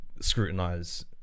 scrutinize